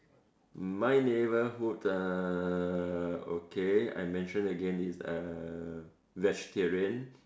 my neighborhood uh okay I mention again it's uh vegetarian